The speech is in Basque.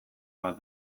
bat